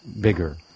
bigger